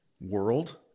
world